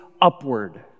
upward